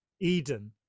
eden